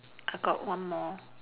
I got one more